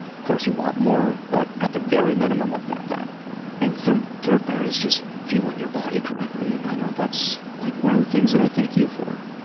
of course you want more, but, at the very minimum, i've got that and third third part is just fueling your body correctly. and i know that's like one of the things that i thank you for,